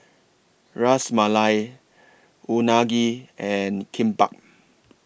Ras Malai Unagi and Kimbap